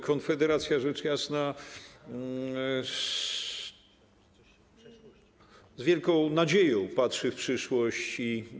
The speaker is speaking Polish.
Konfederacja, rzecz jasna, z wielką nadzieją patrzy w przyszłość.